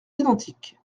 identiques